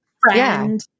friend